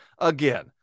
Again